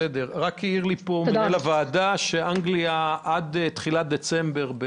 רק העיר לי פה מנהל הוועדה שאנגליה בסגר עד תחילת דצמבר.